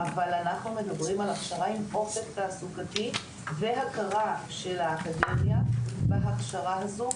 אבל הפעם עם אופק תעסוקתי והכרה של האקדמיה בהכשרה הזו,